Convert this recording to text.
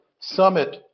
Summit